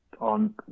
on